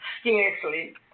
scarcely